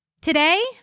today